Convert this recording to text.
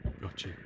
Gotcha